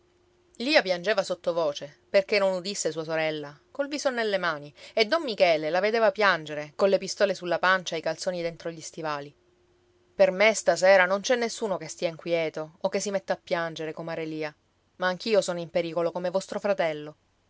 lia piangeva sottovoce perché non udisse sua sorella col viso nelle mani e don michele la vedeva piangere colle pistole sulla pancia e i calzoni dentro gli stivali per me stasera non c'è nessuno che stia inquieto o che si metta a piangere comare lia ma anch'io sono in pericolo come vostro fratello